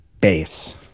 base